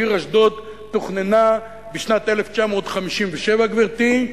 העיר אשדוד תוכננה בשנת 1957, גברתי,